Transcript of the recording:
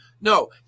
No